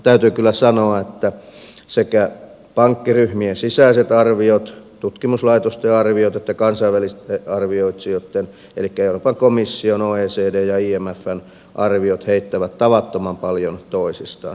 täytyy kyllä sanoa että pankkiryhmien sisäiset arviot tutkimuslaitosten arviot ja kansainvälisten arvioitsijoitten elikkä euroopan komission oecdn ja imfn arviot heittävät tavattoman paljon toisistaan